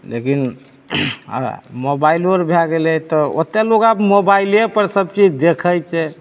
लेकिन आब मोबाइलो आर गेलै तऽ ओतेक लोग आब मोबाइले पर सब चीज देखैत छै आ